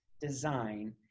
design